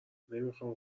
نمیخام